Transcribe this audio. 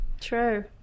true